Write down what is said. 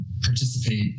participate